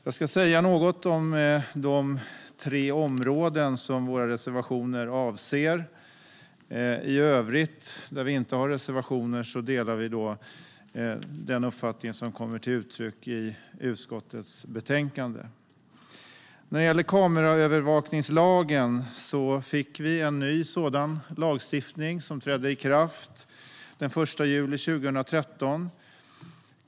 Jag ska säga något om de tre områden som våra reservationer avser. I övrigt, där vi inte har reservationer, delar vi den uppfattning som kommer till uttryck i utskottets betänkande. När det gäller kameraövervakningslagen fick vi en ny lagstiftning som trädde i kraft den 1 juli 2013.